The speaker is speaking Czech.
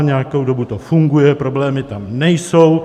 Nějakou dobu to funguje, problémy tam nejsou.